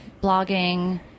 blogging